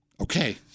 Okay